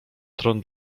tron